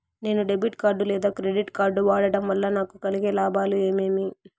నేను debit card లేదా credit card వాడడం వల్ల నాకు కలిగే లాభాలు ఏమేమీ?